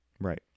right